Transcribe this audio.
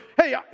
hey